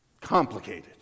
complicated